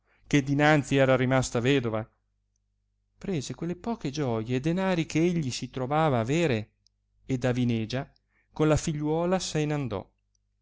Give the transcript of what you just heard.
che dinanzi era rimasa vedova prese quelle poche gioie e denari che egli si trovava avere ed a vinegia con la figliuola se n'andò